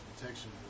protection